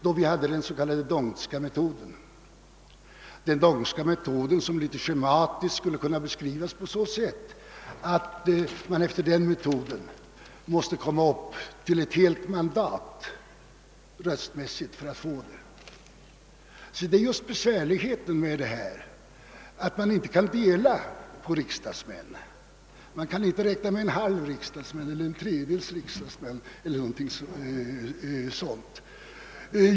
Då hade vi den s.k. d'Hondtska metoden, som litet schematiskt skulle kunna beskrivas på så sätt, att man efter den metoden måste komma upp till ett helt mandat, röstmässigt, för att erhålla mandatet. Det besvärliga är ju att man inte kan dela på en riksdagsman. Man kan inte räkna med en halv riksdagsman, en tredjedels riksdagsman 0. s. v.